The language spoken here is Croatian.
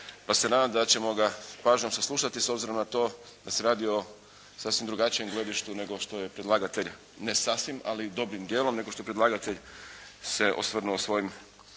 pa se nadam da ćemo ga s pažnjom saslušati s obzirom na to da se radi o sasvim drugačijem gledištu nego što je predlagatelj ne sasvim ali dobrim dijelom, nego što je predlagatelj se osvrnuo svojim